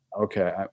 okay